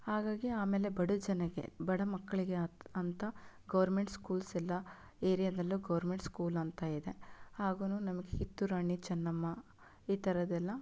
ಹಾಗಾಗಿ ಆಮೇಲೆ ಬಡ ಜನಕ್ಕೆ ಬಡ ಮಕ್ಕಳಿಗೆ ಅಂತ ಗೌರ್ಮೆಂಟ್ ಸ್ಕೂಲ್ಸ್ ಎಲ್ಲ ಏರಿಯಾದಲ್ಲೂ ಗೌರ್ಮೆಂಟ್ ಸ್ಕೂಲ್ ಅಂತ ಇದೆ ಹಾಗೂನು ನಮಗೆ ಕಿತ್ತೂರು ರಾಣಿ ಚೆನ್ನಮ್ಮ ಈ ಥರದ್ದೆಲ್ಲ